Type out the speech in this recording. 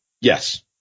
Yes